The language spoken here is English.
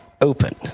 Open